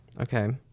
Okay